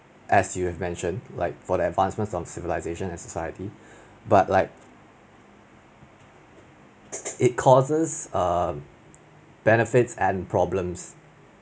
as you have mentioned like for the advancement of civilization and society but like it causes err benefits and problems